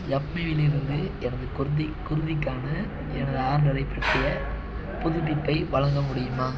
யப்மீவில் இருந்து எனது குர்தி குர்திக்கான எனது ஆர்டரைப் பற்றிய புதுப்பிப்பை வழங்க முடியுமா